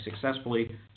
successfully